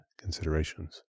considerations